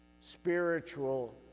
spiritual